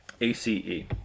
A-C-E